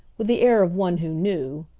with the air of one who knew.